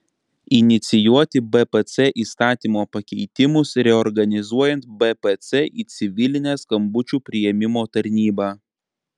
inicijuoti bpc įstatymo pakeitimus reorganizuojant bpc į civilinę skambučių priėmimo tarnybą